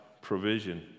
provision